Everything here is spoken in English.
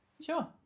Sure